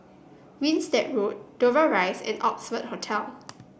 Winstedt Road Dover Rise and Oxford Hotel